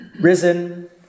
risen